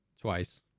twice